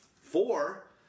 four